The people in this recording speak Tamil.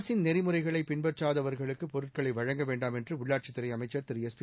அரசின் நெறிமுறைகளை பின்பற்றாதவர்களுக்கு பொருட்களை வழங்க வேண்டாம் என்று உள்ளாட்சித்துறை அமைச்ச் திரு எஸ்பி